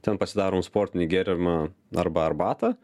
ten pasidarom sportinį gėrimą arba arbatą